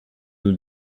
nos